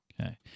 Okay